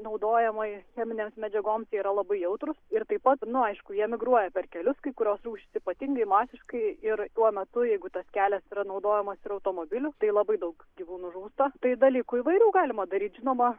naudojamai cheminėms medžiagoms jie yra labai jautrūs ir taip pat nu aišku jie migruoja per kelius kai kurios rūšys ypatingai masiškai ir tuo metu jeigu tas kelias yra naudojamas ir automobilių tai labai daug gyvūnų žūsta tai dalykų įvairių galima daryti žinoma